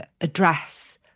address